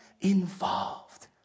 involved